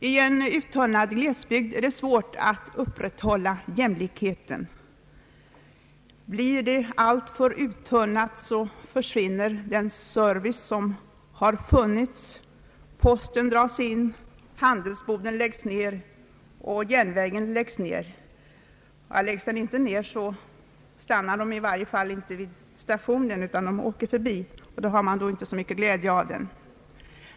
I en uttunnad glesbygd är det svårt att upprätthålla jämlikheten. Blir bygden alltför uttunnad, försvinner den service som har funnits. Posten dras in, handelsboden stängs och järnvägen läggs ner — i varje fall stannar inte längre några tåg vid stationen, och då har människorna inte mycket glädje av den.